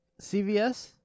CVS